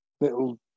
little